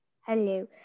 Hello